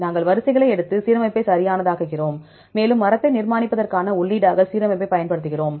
நாங்கள் வரிசைகளை எடுத்து சீரமைப்பை சரியானதாக்குகிறோம் மேலும் மரத்தை நிர்மாணிப்பதற்கான உள்ளீடாக சீரமைப்பைப் பயன்படுத்துகிறோம்